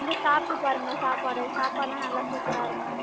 வந்து சாப்பிட்டு பாருங்கள் சாப்பாடு சாப்பாடு எல்லா நல்லா சூப்பராக இருக்கும்